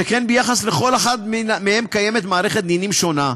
שכן ביחס לכל אחד מהם קיימת מערכת דינים שונה,